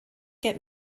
get